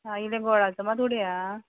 आं इल्लें गोडाचो मात उडय आं